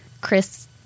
chris